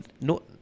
No